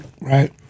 Right